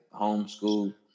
homeschool